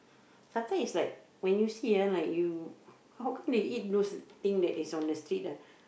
sometime is like when you see ah like you how come they eat those thing that is on the street ah